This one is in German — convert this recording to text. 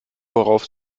worauf